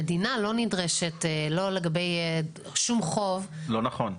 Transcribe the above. המדינה לא נדרשת, לגבי שום חוב --- לא נכון.